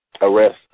arrest